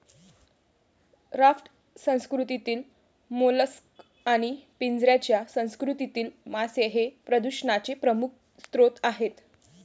raft संस्कृतीतील mollusc आणि पिंजऱ्याच्या संस्कृतीतील मासे हे प्रदूषणाचे प्रमुख स्रोत आहेत